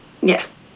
yes